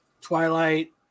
Twilight